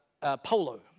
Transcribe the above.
Polo